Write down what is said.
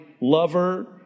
lover